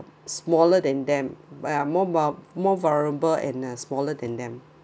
smaller than them ya more vul~ more vulnerable and uh smaller than them